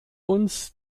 uns